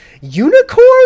Unicorn